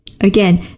Again